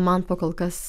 man po kol kas